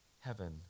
Heaven